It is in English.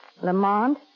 Lamont